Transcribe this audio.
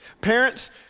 Parents